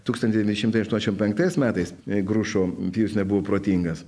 tūkstan devyni šimtai aštuoniašim penktais metais grušo pijus nebuvo protingas